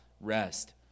Rest